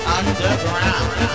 underground